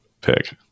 pick